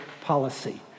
policy